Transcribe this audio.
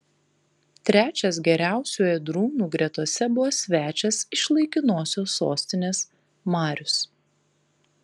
trečias geriausių ėdrūnų gretose buvo svečias iš laikinosios sostinės marius